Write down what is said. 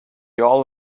all